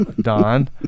Don